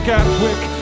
Gatwick